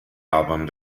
album